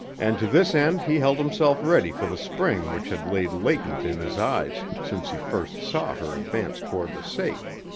and to this end he held himself ready for the spring which had laid latent in his eyes since he first saw her advance toward the safe.